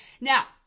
now